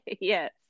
Yes